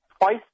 twice